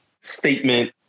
statement